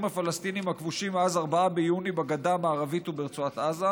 הפלסטינים הכבושים מאז 4 ביוני בגדה המערבית וברצועת עזה,